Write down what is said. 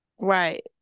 Right